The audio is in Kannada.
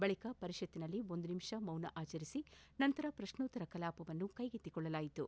ಬಳಿಕ ಪರಿಷತ್ತಿನಲ್ಲಿ ಒಂದು ನಿಮಿಷ ಮೌನ ಆಚರಿಸಿ ನಂತರ ಪ್ರಶ್ನೋತ್ತರ ಕಲಾಪ ಕೈಗೆತ್ತಿಕೊಳ್ಳಲಾಯಿತು